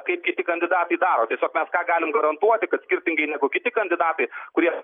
kaip kiti kandidatai daro tiesiog mes ką galim garantuoti kad skirtingai negu kiti kandidatai kurie